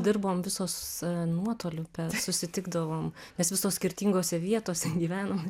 dirbom visos nuotoliu per susitikdavom nes visos skirtingose vietose gyvenom